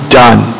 done